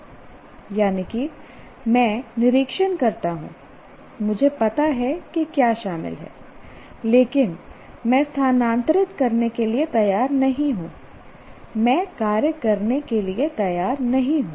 यानी कि मैं निरीक्षण करता हूं मुझे पता है कि क्या शामिल है लेकिन मैं स्थानांतरित करने के लिए तैयार नहीं हूं मैं कार्य करने के लिए तैयार नहीं हूं